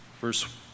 verse